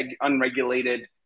unregulated